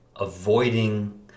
avoiding